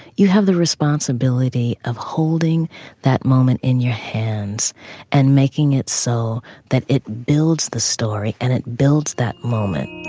you have the responsibility of holding that moment in your hands and making it so that it builds the story and it builds that moment.